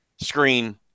screen